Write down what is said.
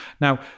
Now